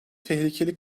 tehlikeli